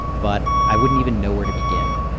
but i wouldn't even know where to begin.